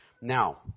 Now